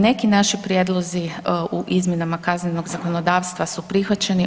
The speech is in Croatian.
Neki naši prijedlozi u izmjenama kaznenog zakonodavstva su prihvaćeni.